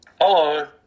Hello